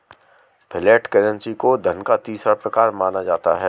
flat currency को धन का तीसरा प्रकार माना जाता है